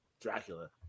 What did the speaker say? Dracula